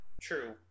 True